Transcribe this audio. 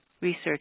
Research